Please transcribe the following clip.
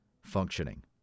functioning